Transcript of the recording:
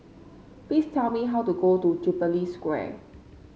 please tell me how to go to Jubilee Square